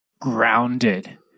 grounded